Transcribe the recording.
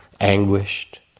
anguished